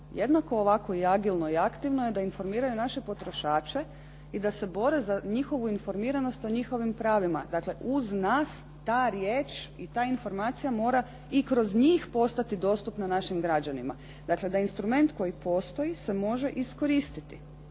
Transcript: jednako ovako i agilno i aktivno da informiraju naše potrošače i da se bore za njihovu informiranost o njihovim pravima. Dakle, uz nas ta riječ i ta informacija mora i kroz njih postati dostupna našim građanima. Dakle, da instrument koji postoji se može iskoristiti.